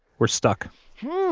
we're stuck hm